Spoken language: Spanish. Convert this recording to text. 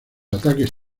ataques